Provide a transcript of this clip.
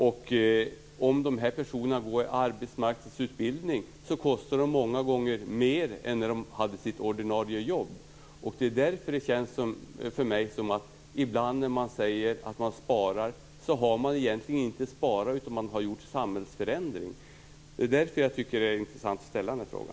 Om de deltar i en arbetsmarknadsutbildning kostar de många gånger mer än när de hade sitt ordinarie jobb. Därför känns det ibland för mig som att man egentligen inte har sparat, utan har gjort en samhällsförändring, när man säger att man har sparat. Därför är det också intressant att ställa den här frågan.